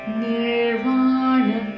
nirvana